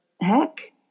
heck